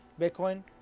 Bitcoin